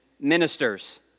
ministers